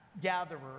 gatherer